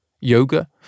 yoga